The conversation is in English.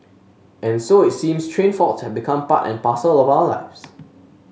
and so it seems train faults have become part and parcel of our lives